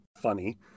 funny